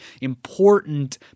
important